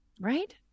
Right